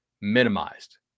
minimized